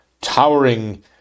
towering